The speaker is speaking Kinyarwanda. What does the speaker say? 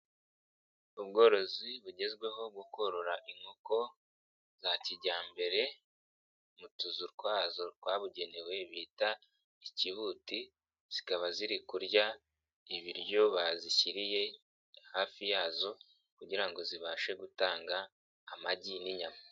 Ubworozi bugezweho gukorora inkoko za kijyambere, mu tuzu twazo rwabugenewe bita ikibuti. Zikaba ziri kurya ibiryo bazishyiriye hafi yazo kugira ngo zibashe gutanga amagi n'inyama.